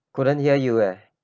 couldn't hear you eh